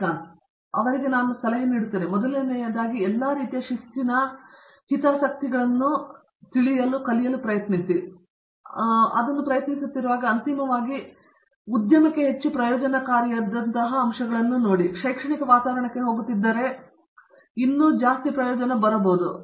ಶ್ರೀಕಾಂತ್ ವೇದಾಂತಂ ಹಾಗಾಗಿ ನಾನು ಅವರಿಗೆ ಸಲಹೆ ನೀಡುತ್ತೇನೆ ಮೊದಲನೆಯದಾಗಿ ಎಲ್ಲಾ ರೀತಿಯ ಶಿಸ್ತಿನ ಹಿತಾಸಕ್ತಿಗಳನ್ನು ಹೊಂದಲು ಪ್ರಯತ್ನಿಸುತ್ತಿರುವಾಗ ಅದು ಅಂತಿಮವಾಗಿ ಮೊದಲ ಉದ್ಯಮಕ್ಕೆ ಹೆಚ್ಚು ಪ್ರಯೋಜನಕಾರಿಯಾದಂತಾಗುತ್ತದೆ ಅಥವಾ ಅವರು ಶೈಕ್ಷಣಿಕ ವಾತಾವರಣಕ್ಕೆ ಹೋಗುತ್ತಿದ್ದರೆ ಅವರು ಮೇಜಿನ ಮೇಲೆ ಇನ್ನೂ ಹೆಚ್ಚು ಪ್ರಯೋಜನ ತರಬಹುದು